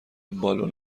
بالون